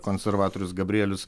konservatorius gabrielius